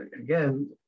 again